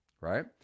right